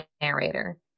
narrator